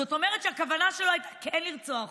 זאת אומרת שהכוונה שלו הייתה לרצוח אותה.